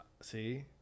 See